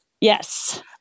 Yes